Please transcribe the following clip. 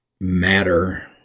matter